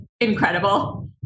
incredible